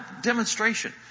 demonstration